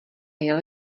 jel